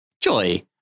Joy